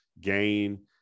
gain